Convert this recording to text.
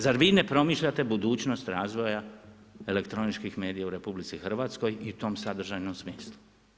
Zar vi ne promišljate budućnost razvoja elektroničkih medija u RH u tom sadržajnom smislu?